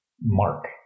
mark